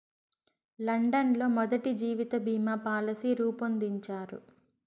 London లో మొదటి జీవిత బీమా పాలసీ రూపొందించారు